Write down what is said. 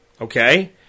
okay